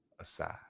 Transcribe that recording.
aside